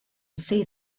see